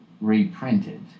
reprinted